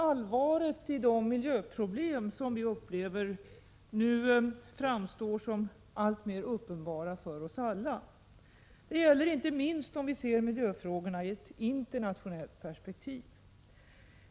Allvaret i de miljöproblem som vi upplever nu framstår som alltmer uppenbart för oss alla. Det gäller inte minst om vi ser miljöfrågorna i ett internationellt perspektiv.